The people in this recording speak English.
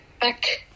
back